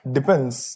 Depends